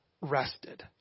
rested